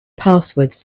passwords